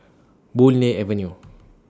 Boon Lay Avenue